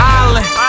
island